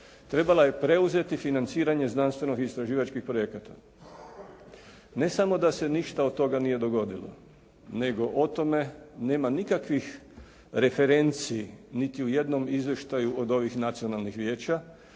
trebala je preuzeti financiranje znanstveno istraživačkih projekata. Ne samo da se ništa od toga nije dogodilo, nego o tome nema nikakvih referenci niti u jednom izvještaju od ovih nacionalnih vijeća